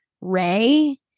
Ray